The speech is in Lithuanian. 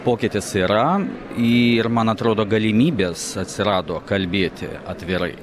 pokytis yra ir man atrodo galimybės atsirado kalbėti atvirai